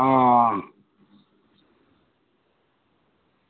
आं